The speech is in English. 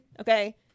Okay